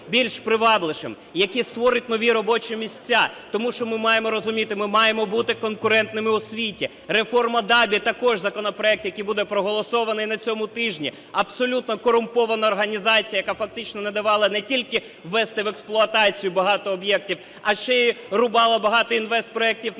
більш привабливішим і які створять нові робочі місця, тому що ми маємо розуміти, ми маємо бути конкурентними у світі. Реформа ДАБІ - також законопроект, який буде проголосований на цьому тижні, абсолютно корумпована організація, яка фактично не давала не тільки ввести в експлуатацію багато об'єктів, а ще й рубала багато інвестпроектів на етапі